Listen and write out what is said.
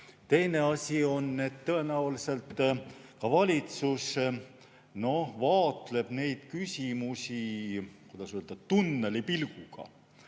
Teine asi on, et tõenäoliselt valitsus vaatleb neid küsimusi nii‑öelda tunnelipilguga.